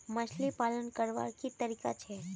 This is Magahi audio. मछली पालन करवार की तरीका छे?